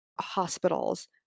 hospitals